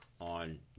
on